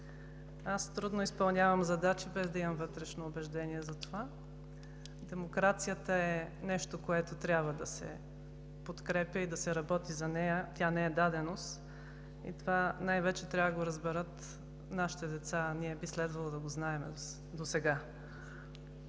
Аз трудно изпълнявам задачи, без да имам вътрешно убеждение за това. Демокрацията е нещо, което трябва да се подкрепя и да се работи за нея, тя не е даденост и това най-вече трябва да го разберат нашите деца, а ние досега би следвало да го знаем. Няма